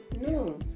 No